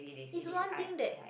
is one thing that